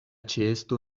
ĉeesto